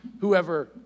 whoever